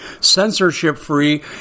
censorship-free